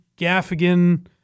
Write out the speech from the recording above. Gaffigan